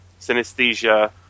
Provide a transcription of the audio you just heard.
Synesthesia